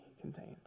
contained